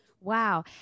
Wow